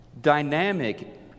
dynamic